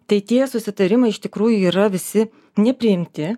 tai tie susitarimai iš tikrųjų yra visi nepriimti